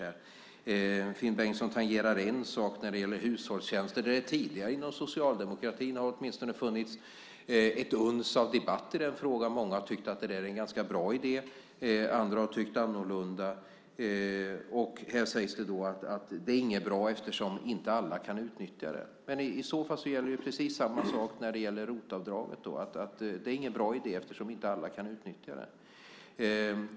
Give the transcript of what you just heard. Finn Bengtsson tangerar en sak, nämligen hushållstjänsterna. Tidigare har det inom socialdemokratin funnits åtminstone ett uns av debatt i den frågan. En del har tyckt att det varit en ganska bra idé, andra har tyckt annorlunda. Nu sägs det att det inte är bra eftersom alla inte kan utnyttja det. I så fall gäller samma sak beträffande rotavdraget; det är ingen bra idé eftersom inte alla kan utnyttja det.